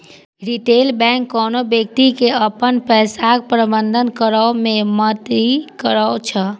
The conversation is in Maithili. रिटेल बैंक कोनो व्यक्ति के अपन पैसाक प्रबंधन करै मे मदति करै छै